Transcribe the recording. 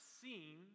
seen